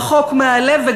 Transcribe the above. רחוק מהלב.